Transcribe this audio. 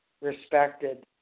Respected